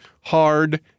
hard